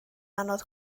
anodd